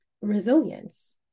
resilience